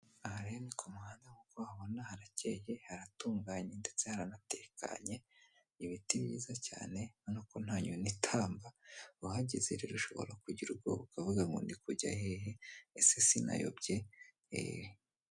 Aha rero ni ku muhanda nk'uko ubibona harakeye, haratunganye ndetse haranatekanye, ibiti byiza cyane, urabona ko nta nyoni itamba, uhageze ushobora kugira ubwoba ukavuga ngo "ndi kujya hehe"? Ese sinayobye?